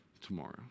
tomorrow